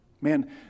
Man